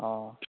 অঁ